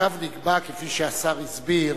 הקו נקבע, כפי שהשר הסביר,